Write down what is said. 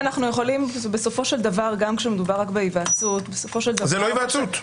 בסופו של דבר גם כשמדובר רק בהיוועצות --- זו לא היוועצות.